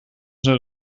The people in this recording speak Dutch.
zijn